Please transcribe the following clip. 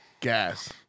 Gas